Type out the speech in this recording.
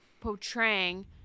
portraying